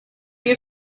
you